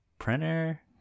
printer